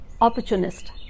opportunist